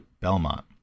BELMONT